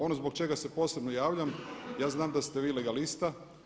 Ono zbog čega se posebno javljam, ja znam da ste vi legalista.